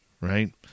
right